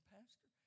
Pastor